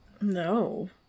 No